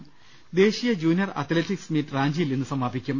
് ദേശീയ junior athletics meet റാഞ്ചിയിൽ ഇന്ന് സമാപിക്കും